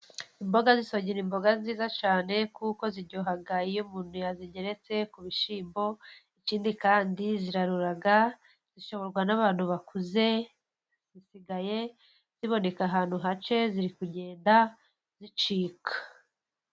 Imboga z'isogi ni imboga nziza cyane kuko ziryoha iyo umuntu yazigeretse ku bishyimbo, ikindi kandi zirarura zishoborwa n'abantu bakuze. Zisigaye ziboneka ahantu hake, ziri kugenda zicika.